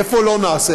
איפה לא נעשה?